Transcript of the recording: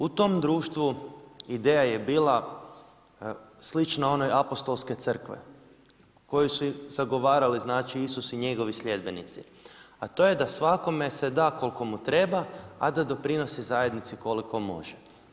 U tom društvu ideja je bila slična onoj apostolske crkve koji su zagovarali Isus i njegovi sljedbenici, a to je da svakome se da koliko mu treba, a da doprinosi zajednici koliko može.